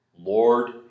Lord